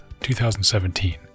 2017